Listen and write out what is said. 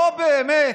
לא באמת